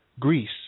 Greece